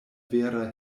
vera